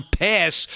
pass